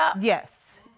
Yes